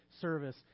service